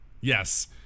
yes